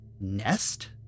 Nest